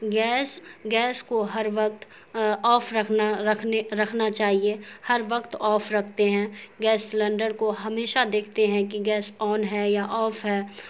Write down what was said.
gas gas کو ہر وقت آف رکھنا رکھنے رکھنا چاہیے ہر وقت آف رکھتے ہیں گیس سلنڈر کو ہمیشہ دیکھتے ہیں کہ گیس آن ہے یا آف ہے